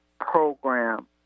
program